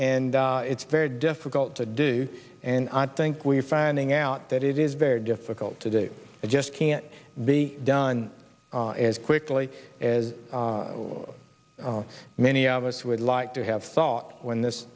and it's very difficult to do and i think we're finding out that it is very difficult to do just can't be done as quickly as many of us would like to have thought when this